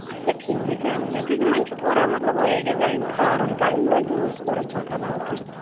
اچھا ٹھیٖک دٔپِو یِمَن چھُ تھوڑا مطلب ڈِزایِن کھالُن ٹایم لَگہِ یِمَن تھوڑا بہت علاوٕ تیٚلہِ